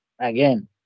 Again